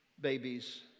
babies